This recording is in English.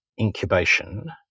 incubation